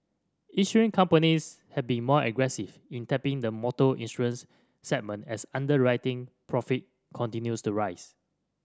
insurance companies have been more aggressive in tapping the motor insurance segment as underwriting profit continues to rise